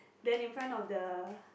then in front of the